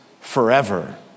forever